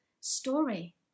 story